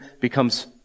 becomes